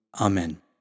Amen